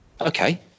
okay